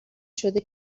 شده